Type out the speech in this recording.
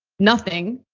nothing,